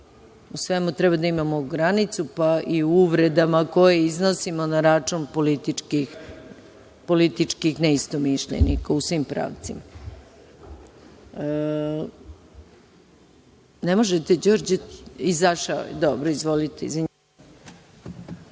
U svemu treba da imamo granicu, pa i u uvredama koje iznosimo na račun političkih neistomišljenika, u svim pravcima. Izvolite.